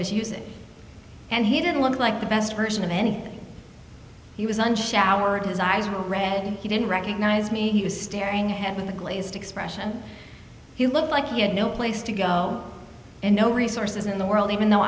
was using and he didn't look like the best version of anything he was unshowered his eyes were red and he didn't recognize me he was staring ahead with a glazed expression he looked like he had no place to go and no resources in the world even though